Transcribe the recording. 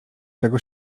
czego